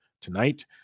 tonight